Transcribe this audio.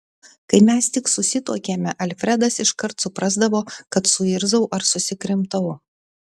kai mes tik susituokėme alfredas iškart suprasdavo kad suirzau ar susikrimtau